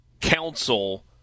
council